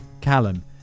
Callum